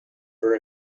for